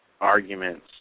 arguments